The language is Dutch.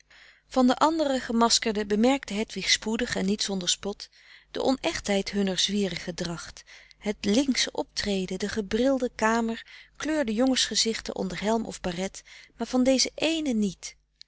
van de andere gemaskerden bemerkte hedwig spoedig en niet zonder spot de onechtheid hunner zwierige dracht het linksche optreden de gebrilde kamer kleurde jongensgezichten onder helm of baret maar van dezen eenen niet